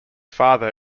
father